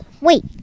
wait